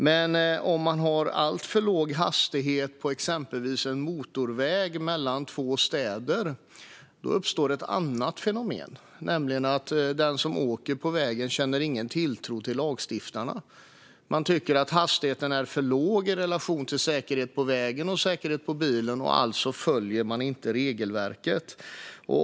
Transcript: Men om man har alltför låg hastighetsbegränsning på exempelvis en motorväg mellan två städer uppstår ett annat fenomen: Den som kör på vägen känner ingen tilltro till lagstiftarna. Man tycker att hastigheten är för låg i relation till säkerhet på vägen och säkerhet på bilen, alltså följer man inte regelverket.